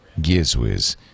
Gizwiz